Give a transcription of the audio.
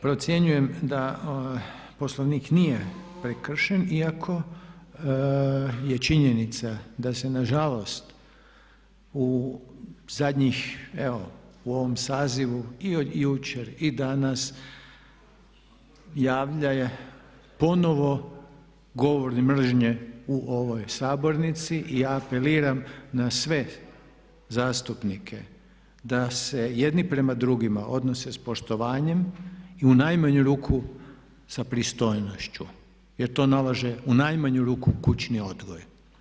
Procjenjujem da Poslovnik nije prekršen iako je činjenica da se nažalost u zadnjih, evo u ovom sazivu i od jučer i danas javlja ponovno govor mržnje u ovoj sabornici i ja apeliram na sve zastupnike da se jedni prema drugima odnose s poštovanjem i u najmanju ruku sa pristojnošću jer to nalaže u najmanju ruku kućni odgoj.